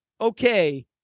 Okay